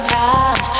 time